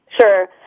Sure